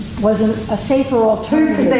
was a safer alternative.